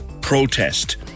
protest